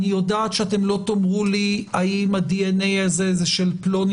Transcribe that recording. אני יודעת שאתם לא תאמרו לי האם הדנ"א הזה של פלוני